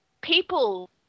people